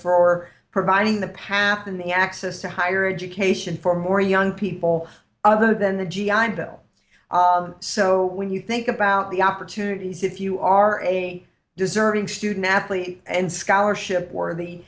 for providing the pap and access to higher education for more young people other than the g i bill so when you think about the opportunities if you are a deserving student athlete and scholarship worthy